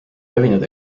levinud